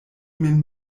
min